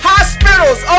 Hospitals